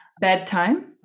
bedtime